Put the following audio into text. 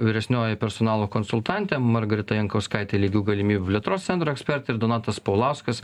vyresnioji personalo konsultantė margarita jankauskaitė lygių galimybių plėtros centro ekspertė ir donatas paulauskas